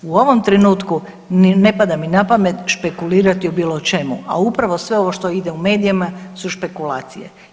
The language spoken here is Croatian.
U ovom trenutku ne pada mi napamet špekulirati o bilo čemu, a upravo sve ovo što ide u medijima su špekulacije.